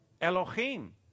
Elohim